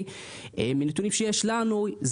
מנתונים שיש לנו,